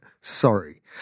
sorry